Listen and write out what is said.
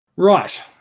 Right